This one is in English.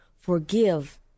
forgive